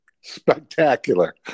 Spectacular